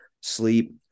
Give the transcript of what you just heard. sleep